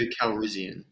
Calrissian